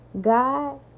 god